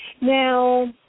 Now